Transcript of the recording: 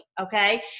okay